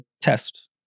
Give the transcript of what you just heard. test